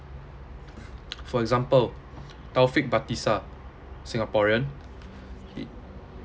for example taufik batisah singaporean uh